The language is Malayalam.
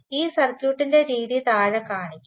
ഈ സർക്യൂട്ടിന്റെ രീതി താഴെ കാണിക്കും